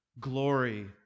glory